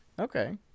Okay